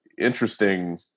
interesting